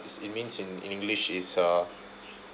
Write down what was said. is it means in english is uh